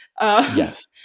Yes